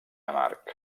amarg